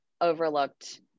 overlooked